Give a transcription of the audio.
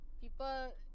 People